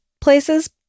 places